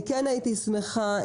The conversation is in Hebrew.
כן הייתי שמחה,